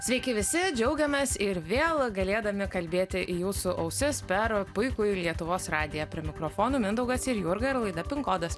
sveiki visi džiaugiamės ir vėl galėdami kalbėti į jūsų ausis per puikųjį lietuvos radiją prie mikrofono mindaugas ir jurga ir laida kodas